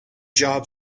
job